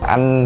Anh